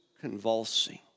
convulsing